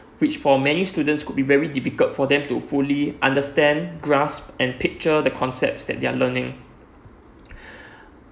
which for many students could be very difficult for them to fully understand grasp and picture the concepts that they are learning